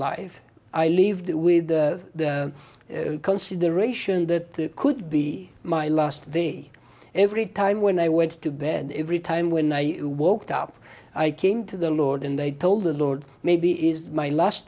life i lived with the consideration that could be my last day every time when i went to bed every time when i walked up i came to the lord and they told the lord maybe is my last